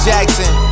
Jackson